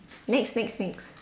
next next next